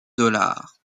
dollars